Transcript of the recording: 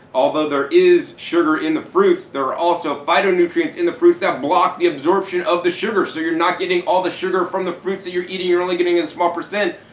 although there is sugar in the fruits, there are also phytonutrients in the fruits that block the absorption of the sugar so you're not getting all the sugar from the fruits that you're eating, you're only getting a small percent.